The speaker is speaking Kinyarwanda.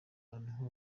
ahantu